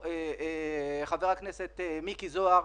חבר הכנסת מיקי זוהר,